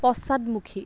পশ্চাদমুখী